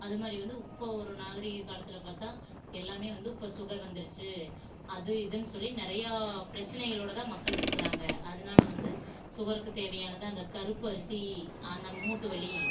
அது மாதிரி வந்து இப்போ ஒரு நாகரீக காலத்தில் பார்த்தா எல்லாமே வந்து இப்போ ஷுகர் வந்துருச்சு அது இதுனு சொல்லி நிறையா பிரச்சினைகளோட தான் மக்கள் இருக்கிறாங்க அதனால வந்து ஷுகருக்கு தேவையானது அந்த கருப்பு அரிசி அந்த மூட்டு வலி